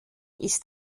ist